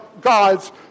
God's